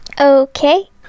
Okay